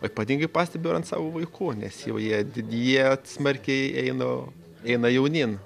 o ypatingai pastebiu ant savo vaikų nes jau jie didėt smarkiai einu eina jaunyn